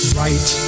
right